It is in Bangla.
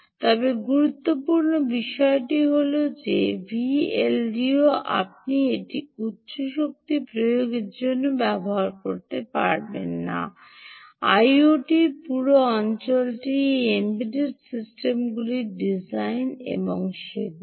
তবে গুরুত্বপূর্ণ বিষয়টি হল এই Vldo আপনি এটি উচ্চ শক্তি প্রয়োগের জন্য ব্যবহার করতে পারবেন না আইওটির পুরো অঞ্চলটি এই এমবেডেড সিস্টেমগুলির ডিজাইন এবং সেগুলি